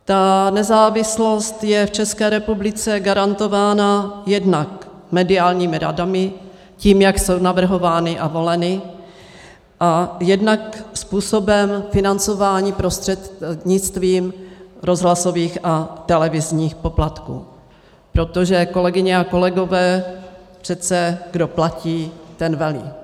Ta nezávislost je v České republice garantována jednak mediálními radami, tím, jak jsou navrhovány a voleny, a jednak způsobem financování prostřednictvím rozhlasových a televizních poplatků, protože, kolegyně a kolegové, přece kdo platí, ten velí, ne?